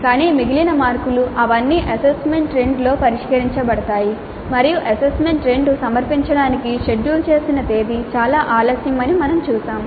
కానీ మిగిలిన మార్కులు అవన్నీ అసైన్మెంట్ 2 లో పరిష్కరించబడతాయి మరియు అసైన్మెంట్ 2 సమర్పించడానికి షెడ్యూల్ చేసిన తేదీ చాలా ఆలస్యం అని మనం చూశాము